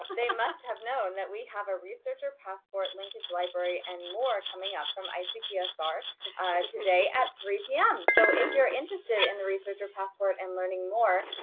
ah they must have known that we have a researcher passport, linkage library, and more coming up from icpsr today at three zero p m. so if you're interested in the researcher passport and learning more,